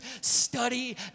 study